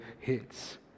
hits